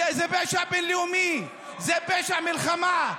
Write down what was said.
שזה פשע בין-לאומי, זה פשע מלחמה.